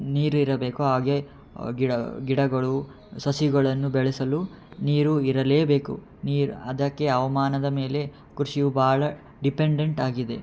ನೀರಿರಬೇಕೋ ಹಾಗೆ ಗಿಡ ಗಿಡಗಳು ಸಸಿಗಳನ್ನು ಬೆಳೆಸಲು ನೀರು ಇರಲೇಬೇಕು ನೀರು ಅದಕ್ಕೆ ಹವ್ಮಾನದ ಮೇಲೆ ಕೃಷಿಯು ಭಾಳ ಡಿಪೆಂಡೆಂಟ್ ಆಗಿದೆ